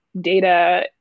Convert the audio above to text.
data